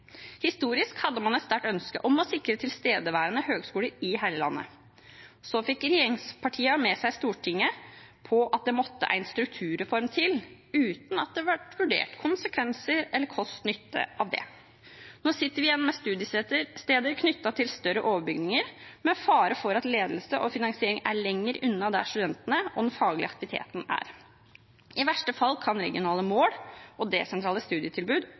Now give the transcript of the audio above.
Historisk hadde man et sterkt ønske om å sikre tilstedeværende høyskoler i hele landet. Så fikk regjeringspartiene med seg Stortinget på at det måtte en strukturreform til, uten at konsekvenser eller kost–nytte av det ble vurdert. Nå sitter vi igjen med studiesteder knyttet til større overbygninger, med fare for at ledelse og finansiering er lenger unna der studentene og den faglige aktiviteten er. I verste fall kan regionale mål og desentraliserte studietilbud